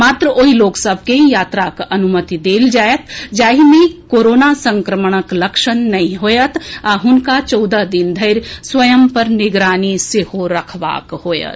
मात्र ओहि लोक सभ के यात्राक अनुमति देल जाएत जाहि मे कोरोना संक्रमणक लक्षण नहि होएत आ हुनका चौदह दिन धरि स्वंय पर निगरानी सेहो रखबाक होएत